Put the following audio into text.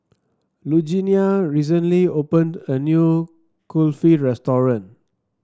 Lugenia recently opened a new Kulfi restaurant